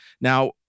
Now